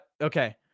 okay